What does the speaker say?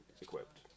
equipped